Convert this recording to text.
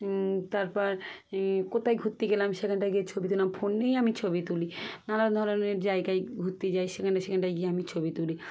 তারপর কোথায় ঘুরতে গেলাম সেখানটায় গিয়ে ছবি তুলাম ফোন নিয়েই আমি ছবি তুলি নানান ধরনের জায়গায় ঘুরতে যাই সেখানট সেখানটায় গিয়ে আমি ছবি তুলি